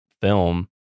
film